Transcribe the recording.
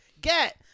Get